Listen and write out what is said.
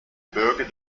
bürger